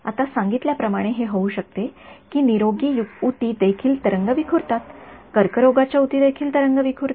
आता सांगितल्याप्रमाणे हे होऊ शकते की निरोगी ऊती देखील तरंग विखुरतात कर्करोगाच्या ऊती देखील तरंग विखुरतात